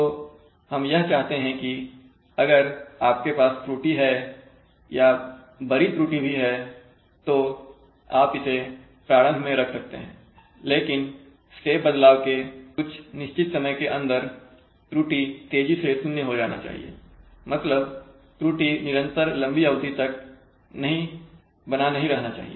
तो हम यह चाहते हैं कि अगर आपके पास त्रुटि है या बड़ी त्रुटि भी है तो आप इसे प्रारंभ में रख सकते हैं लेकिन स्टेप बदलाव के कुछ निश्चित समय के अंदर त्रुटि तेजी से 0 हो जाना चाहिए मतलब त्रुटि निरंतर लंबी अवधि तक बना नहीं रहना चाहिए